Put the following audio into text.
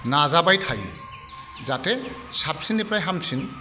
नाजाबाय थायो जाहाथे साबसिननिफ्राय हामसिन